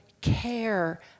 care